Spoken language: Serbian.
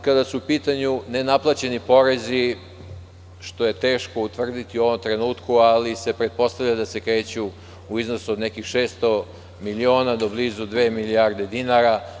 Kada su u pitanju nenaplaćeni porezi, što je teško utvrditi u ovom trenutku, pretpostavlja se da se kreću u iznosu od nekih 600 miliona do blizu dve milijarde dinara.